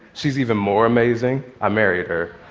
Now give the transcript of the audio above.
she's even more amazing. i married her.